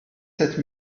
sept